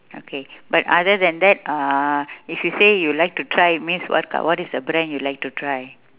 okay but other than that uh if you say you like to try means what is the brand you like to try